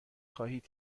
خواهید